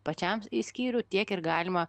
pačiam į skyrių tiek ir galima